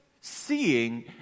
seeing